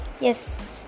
Yes